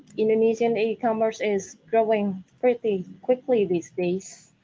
indonesian e-commerce is growing pretty quickly these days.